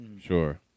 Sure